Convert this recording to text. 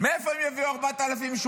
מאיפה הם יביאו 4,800,